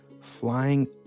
flying